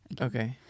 Okay